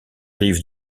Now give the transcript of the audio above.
rives